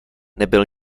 nebyl